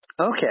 Okay